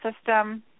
system